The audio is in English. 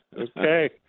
Okay